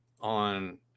on